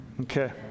okay